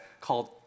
called